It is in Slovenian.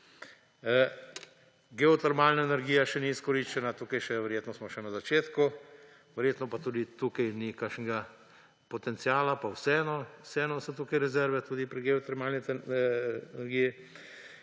Geotermalna energija še ni izkoriščena, tukaj smo verjetno še na začetku, verjetno pa tudi tukaj ni kakšnega potenciala, pa vseeno so rezerve tudi pri geotermalni energiji.